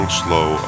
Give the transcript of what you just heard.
slow